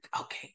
okay